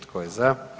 Tko je za?